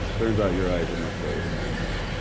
turns out your eyes are much better than mine, marc.